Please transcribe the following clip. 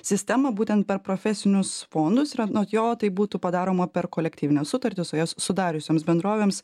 sistemą būtent per profesinius fondus ir anot jo tai būtų padaroma per kolektyvines sutartis o jas sudariusioms bendrovėms